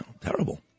terrible